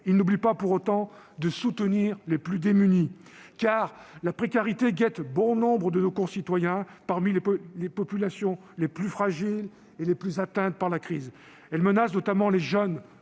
il n'oublie pas pour autant de soutenir les plus démunis. Car la précarité guette bon nombre de nos concitoyens, parmi les populations les plus fragiles et les plus atteintes par la crise. Elle menace notamment les jeunes